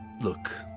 Look